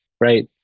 right